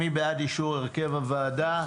מי בעד אישור הרכב הוועדה?